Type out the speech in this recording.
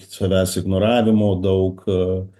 savęs ignoravimo daug